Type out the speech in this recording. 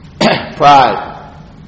Pride